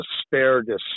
asparagus